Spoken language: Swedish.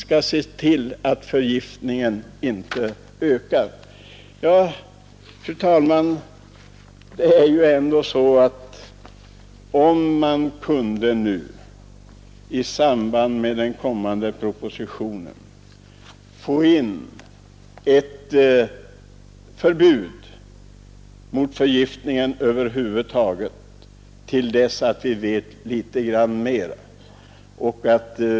Det vore angeläget att i samband med den kommande propositionen få ett förbud mot verksamhet med risk för förgiftning över huvud taget till dess att vi vet litet grand mer om detta.